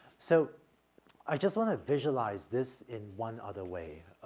so i just want to visualize this in one other way,